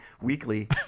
weekly